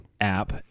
app